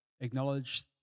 acknowledge